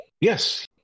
Yes